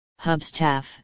Hubstaff